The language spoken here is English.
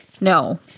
No